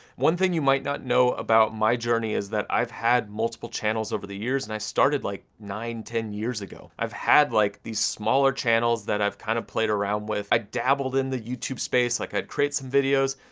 one thing you might not know about my journey, is that i've had multiple channels over the years, and i started like nine, ten years ago. i've had like these smaller channels that i've kind of played around with. i dabbled in the youtube space, like i'd create some videos,